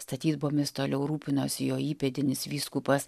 statybomis toliau rūpinosi jo įpėdinis vyskupas